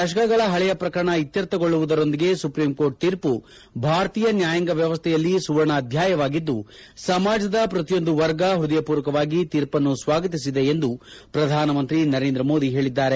ದಶಕಗಳ ಪಳೆಯ ಪ್ರಕರಣ ಇತ್ತರ್ಥಗೊಳ್ಳುವುದರೊಂದಿಗೆ ಸುಪ್ರೀಂಕೋರ್ಟ್ ತೀರ್ಮ ಭಾರತೀಯ ನ್ವಾಯಾಂಗ ವ್ಯವಸ್ಥೆಯಲ್ಲಿ ಸುವರ್ಣ ಅಧ್ಯಾಯವಾಗಿದ್ದು ಸಮಾಜದ ಪ್ರತಿಯೊಂದು ವರ್ಗ ಪ್ಪದಯಪೂರ್ವಕವಾಗಿ ಕೀರ್ಪನ್ನು ಸ್ನಾಗತಿಸಿದೆ ಎಂದು ಪ್ರಧಾನಮಂತ್ರಿ ನರೇಂದ್ರ ಮೋದಿ ಹೇಳಿದ್ದಾರೆ